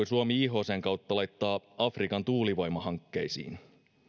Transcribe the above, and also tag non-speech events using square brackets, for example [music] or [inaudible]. [unintelligible] suomi ifcn kautta laittaa afrikan tuulivoimahankkeisiin